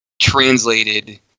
translated